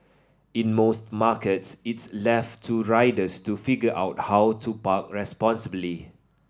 in most markets it's left to riders to figure out how to park responsibly